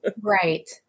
Right